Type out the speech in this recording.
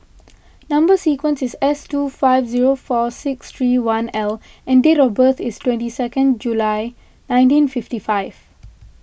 Number Sequence is S two five zero four six three one L and date of birth is twenty second July nineteen fifty five